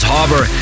Harbor